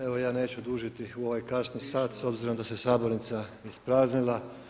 Evo ja neću dužiti u ovaj kasni sat, s obzirom da se sabornica ispraznila.